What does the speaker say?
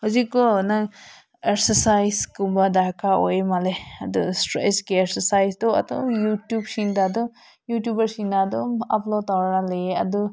ꯍꯧꯖꯤꯛꯀꯣ ꯅꯪ ꯑꯦꯛꯁꯔꯁꯥꯏꯁ ꯀꯨꯝꯕ ꯗꯔꯀꯥꯔ ꯑꯣꯏꯕ ꯃꯥꯜꯂꯦ ꯑꯗꯨ ꯏꯁꯇ꯭ꯔꯦꯁ ꯀꯤ ꯑꯦꯛꯁꯔꯁꯥꯏꯁꯇꯣ ꯑꯗꯨꯝ ꯌꯨꯇꯨꯞ ꯁꯤꯡꯗ ꯑꯗꯨꯝ ꯌꯨꯇꯨꯕꯔꯁꯤꯡꯅ ꯑꯗꯨꯝ ꯑꯞꯂꯣꯠ ꯇꯧꯔꯒ ꯂꯩꯌꯦ ꯑꯗꯨ